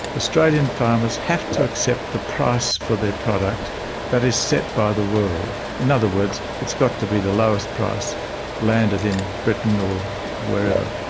australian farmers have to accept the price for their product that is set by the world. in other words, it's got to be the lowest price landed in britain or wherever.